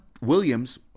Williams